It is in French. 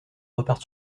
repart